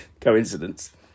Coincidence